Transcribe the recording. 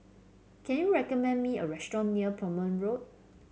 can you recommend me a restaurant near Plumer Road